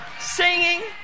singing